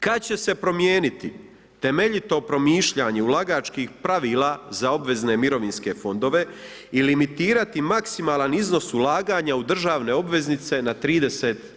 Kad će se promijeniti temeljito promišljanje ulagačkih pravila za obvezne mirovinske fondove i limitirati maksimalan iznos ulaganja državne obveznice na 30%